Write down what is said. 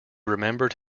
remembered